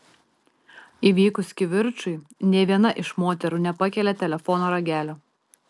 įvykus kivirčui nė viena iš moterų nepakelia telefono ragelio